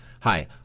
Hi